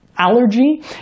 allergy